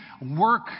work